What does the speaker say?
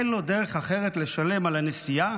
אין לו דרך אחרת לשלם על הנסיעה,